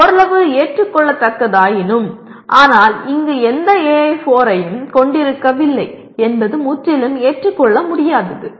அது ஓரளவு ஏற்றுக் கொள்ளத்தக்கதாயினும் ஆனால் இங்கு எந்த AI4 ஐயும் கொண்டிருக்கவில்லை என்பது முற்றிலும் ஏற்றுக்கொள்ள முடியாதது